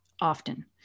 often